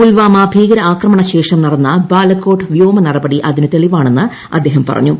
പുൽവാമ ഭീകരാക്രമണശേഷം നടന്ന ബ്ലിക്കോട്ട് വ്യോമ നടപടി അതിനു തെളിവാണെന്ന് അദ്ദേഹം പറഞ്ഞു